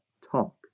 talk